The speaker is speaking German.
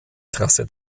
trasse